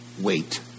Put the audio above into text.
wait